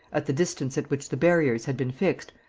at the distance at which the barriers had been fixed,